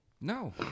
No